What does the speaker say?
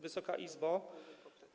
Wysoka Izbo!